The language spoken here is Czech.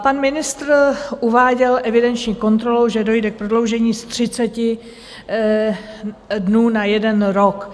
Pan ministr uváděl evidenční kontrolu, že dojde k prodloužení z 30 dnů na jeden rok.